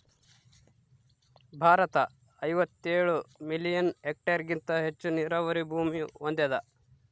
ಭಾರತ ಐವತ್ತೇಳು ಮಿಲಿಯನ್ ಹೆಕ್ಟೇರ್ಹೆಗಿಂತ ಹೆಚ್ಚು ನೀರಾವರಿ ಭೂಮಿ ಹೊಂದ್ಯಾದ